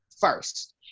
first